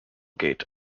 gate